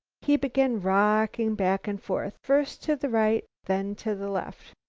he began rocking back and forth, first to the right, then to the left.